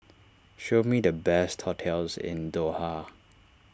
show me the best hotels in Doha